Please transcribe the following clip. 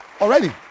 Already